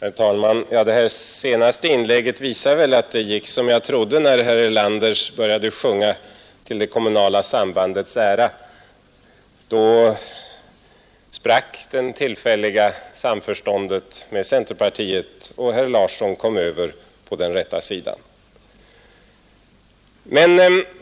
Herr talman! Det senaste inlägget visar väl att det gick som jag trodde när herr Erlander började sjunga till det kommunala sambandets ära — då sprack det tillfälliga samförståndet med centerpartiet, och herr Larsson kom över på den rätta sidan.